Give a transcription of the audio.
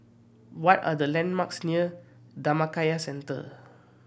what are the landmarks near Dhammakaya Centre